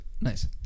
Nice